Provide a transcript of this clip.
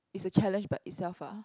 is a challenge by itself uh